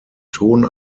ton